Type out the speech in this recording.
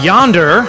Yonder